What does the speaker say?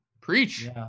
Preach